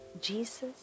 Jesus